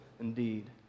indeed